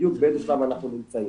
בדיוק באיזה שלב אנחנו נמצאים.